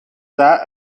that